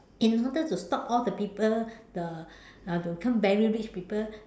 in order to stop all the people the uh to become very rich people